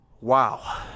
Wow